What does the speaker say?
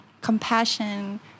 compassion